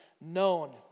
known